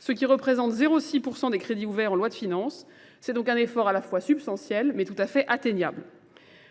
ce qui représente 0,6% des crédits ouverts en loi de finances. C'est donc un effort à la fois substantiel mais tout à fait atteignable.